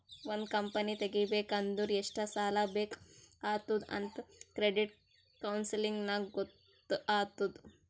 ಒಂದ್ ಕಂಪನಿ ತೆಗಿಬೇಕ್ ಅಂದುರ್ ಎಷ್ಟ್ ಸಾಲಾ ಬೇಕ್ ಆತ್ತುದ್ ಅಂತ್ ಕ್ರೆಡಿಟ್ ಕೌನ್ಸಲಿಂಗ್ ನಾಗ್ ಗೊತ್ತ್ ಆತ್ತುದ್